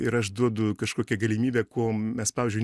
ir aš duodu kažkokią galimybę ko mes pavyzdžiui